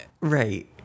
Right